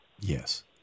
Yes